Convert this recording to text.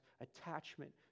attachment